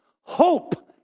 Hope